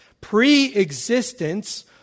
pre-existence